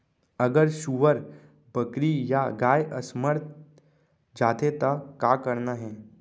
अगर सुअर, बकरी या गाय असमर्थ जाथे ता का करना हे?